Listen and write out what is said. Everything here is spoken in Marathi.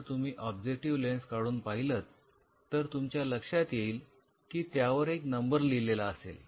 जर तुम्ही ऑब्जेक्टिव्ह लेन्स काढून पाहिलंत तर तुमच्या लक्षात येईल येईल की त्यावर एक नंबर लिहिलेला असेल